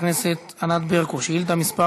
חברת הכנסת ענת ברקו, שאילתה מס'